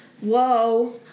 Whoa